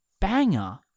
banger